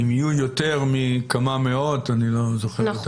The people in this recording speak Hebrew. אם יהיו יותר מכמה מאות אז כבר